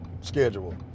schedule